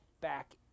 back